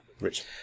Rich